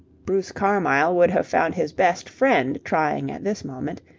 bruce carmyle would have found his best friend trying at this moment.